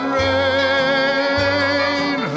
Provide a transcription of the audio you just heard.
rain